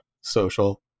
social